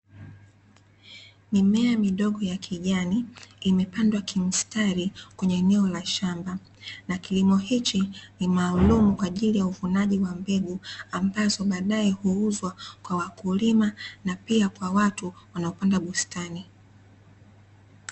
Mimea midogo ya kijani imepandwa kimstari kwenye eneo la shamba, na kilimo hichi ni maalumu kwa ajili ya uvunaji wa mbegu ambazo baadae huuzwa kwa wakulima na pia kwa watu wanaopanda bustani.